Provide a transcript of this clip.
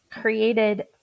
created